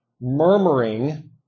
Murmuring